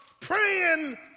praying